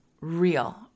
real